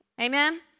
amen